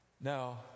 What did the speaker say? Now